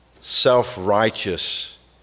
self-righteous